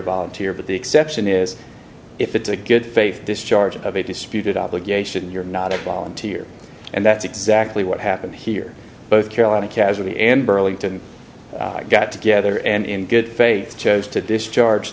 volunteer but the exception is if it's a good faith discharge of a disputed obligation you're not a volunteer and that's exactly what happened here both carolina casually and burlington got together and in good faith chose to discharge